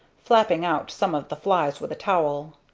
flapping out some of the flies with a towel.